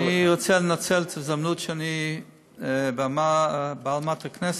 אני רוצה לנצל את ההזדמנות שאני על במת הכנסת,